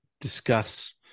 discuss